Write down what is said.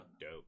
dope